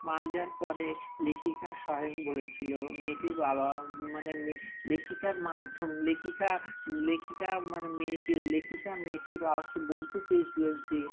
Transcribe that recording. মারা যাওয়ার পরে লেখিকা স্বয়ং বলেছিল মেয়েটির বাবা মানে মে লেখিকার মাধ্যম লেখিকা লেখিকা মানে মেয়েটির লেখিকা মেয়েটির বাবাকে বলতে চেয়েছিল যে